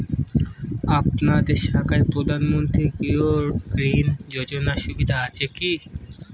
আপনাদের শাখায় প্রধানমন্ত্রী গৃহ ঋণ যোজনার সুবিধা আছে কি?